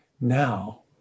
now